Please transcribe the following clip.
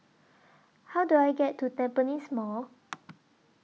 How Do I get to Tampines Mall